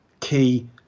key